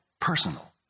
personal